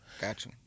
gotcha